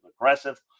aggressive